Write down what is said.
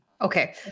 Okay